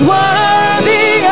worthy